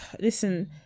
listen